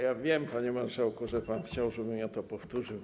Ja wiem, panie marszałku, że pan chciał, żebym ja to powtórzył.